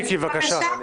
מיקי, בבקשה.